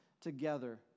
together